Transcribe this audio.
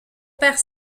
père